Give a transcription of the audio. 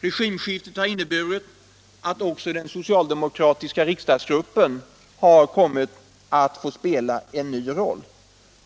Regimskiftet har inneburit att också den socialdemokratiska riksdagsgruppen har fått spela en ny roll.